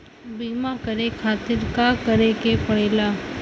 बीमा करे खातिर का करे के पड़ेला?